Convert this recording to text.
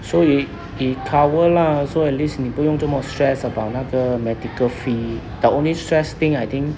所以 it cover lah so at least 你不用这么 stress about 那个 medical fee the only stress thing I think